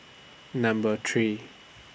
Number three